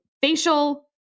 facial